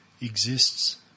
exists